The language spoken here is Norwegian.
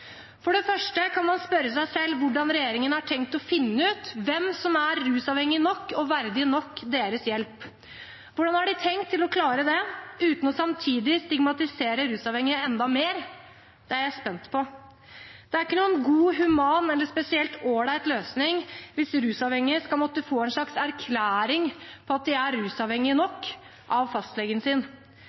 For det første kan man spørre seg hvordan regjeringen har tenkt å finne ut hvem som er rusavhengig nok og verdig nok deres hjelp. Hvordan har de tenkt å klare det uten samtidig å stigmatisere rusavhengige enda mer? Det er jeg spent på. Det er ikke noen god, human eller spesielt ålreit løsning hvis rusavhengige skal måtte få en slags erklæring på at de er rusavhengige nok, av fastlegen sin.